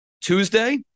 Tuesday